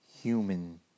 human